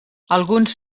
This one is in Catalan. alguns